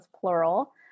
plural